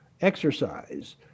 exercise